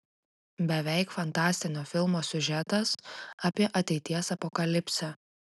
beveik fantastinio filmo siužetas apie ateities apokalipsę